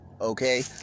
okay